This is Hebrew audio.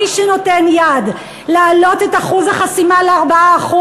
מי שנותן יד להעלות את אחוז החסימה ל-4%,